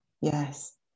yes